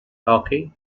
hockey